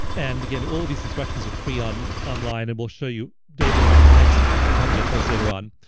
and again, all of these instructions are free online, and we'll show you. dave will give you links and as to how to get those later on.